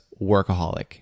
workaholic